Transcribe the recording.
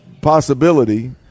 possibility